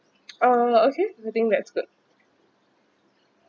oh okay I think that's good